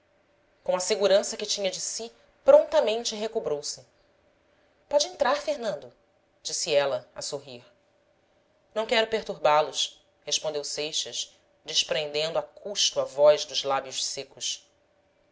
com a segurança que tinha de si prontamente recobrou se pode entrar fernando disse ela a sorrir não quero perturbá los respondeu seixas desprendendo a custo a voz dos lábios secos